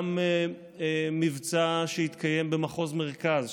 היה גם מבצע שהתקיים במחוז מרכז,